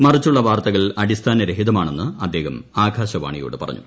മറിച്ചുള്ള വാർത്തകൾ അടിസ്ഥാനരഹിതമാണെന്ന് അദ്ദേഹം ആകാശവാണിയോട് പറഞ്ഞു